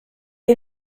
est